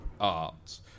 art